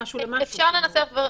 אפשר לנסות.